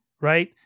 Right